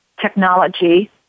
technology